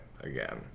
again